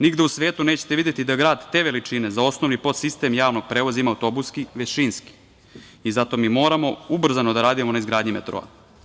Nigde u svetu nećete videti da grad te veličine za osnovni podsistem javnog prevoza ima autobuski, već šinski i zato mi moramo ubrzano da radimo na izgradnji metroa.